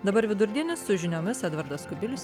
dabar vidurdienis su žiniomis edvardas kubilius